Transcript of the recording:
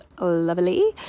lovely